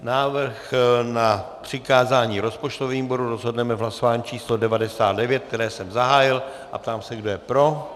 Návrh na přikázání rozpočtovému výboru rozhodneme v hlasování číslo 99, které jsem zahájil, a ptám se, kdo je pro.